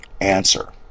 Answer